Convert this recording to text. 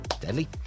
Deadly